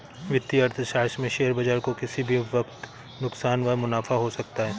वित्तीय अर्थशास्त्र में शेयर बाजार को किसी भी वक्त नुकसान व मुनाफ़ा हो सकता है